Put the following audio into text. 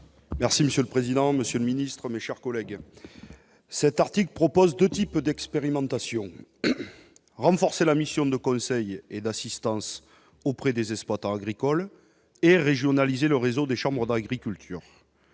Merci monsieur le président, Monsieur le Ministre, mes chers collègues, cet article propose 2 types d'expérimentation, renforcer la mission de conseil et d'assistance auprès des espoirs tant agricole et régionaliser le réseau des chambres d'agriculture,